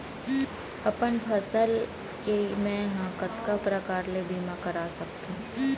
अपन फसल के मै ह कतका प्रकार ले बीमा करा सकथो?